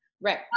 right